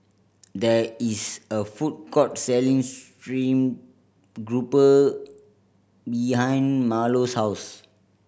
there is a food court selling steame grouper behind Marlo's house